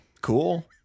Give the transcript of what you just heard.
cool